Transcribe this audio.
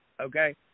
Okay